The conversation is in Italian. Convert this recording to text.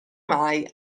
mai